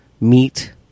meet